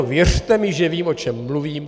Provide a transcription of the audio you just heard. Věřte mi, že vím, o čem mluvím.